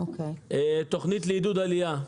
תכנית לעידוד עלייה.